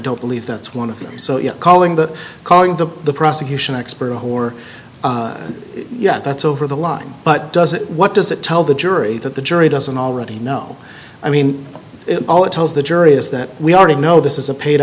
don't believe that's one of them so you're calling that calling the prosecution expert a whore yes that's over the line but does it what does it tell the jury that the jury doesn't already know i mean all it tells the jury is that we already know this is a paid